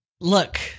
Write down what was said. Look